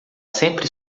sempre